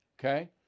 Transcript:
Okay